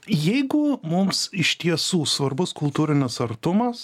jeigu mums iš tiesų svarbus kultūrinis artumas